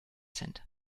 sind